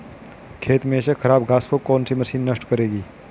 खेत में से खराब घास को कौन सी मशीन नष्ट करेगी?